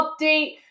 update